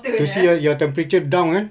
they see ah your temperature down eh